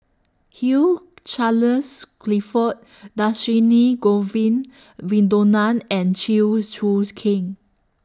Hugh Charles Clifford Dhershini Govin Winodan and Chew's Choo Keng